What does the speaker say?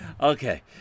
okay